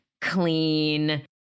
clean